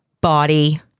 body